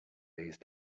these